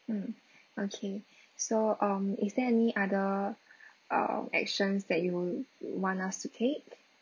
mm okay so um is there any other err actions that you want us to take